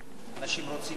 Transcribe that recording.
אנשים רוצים לעבוד.